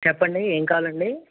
చెప్పండి ఏం కావాలండి